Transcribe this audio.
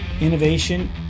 innovation